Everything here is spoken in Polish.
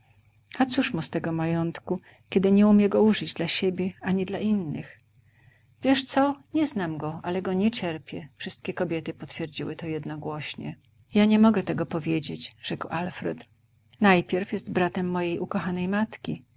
a cóż mu z tego majątku kiedy nie umie go użyć dla siebie ani dla innych wiesz co nie znam go ale go niecierpię wszystkie kobiety potwierdziły to jednogłośnie ja nie mogę tego powiedzieć rzekł alfred najpierw jest bratem mojej ukochanej matki